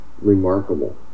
remarkable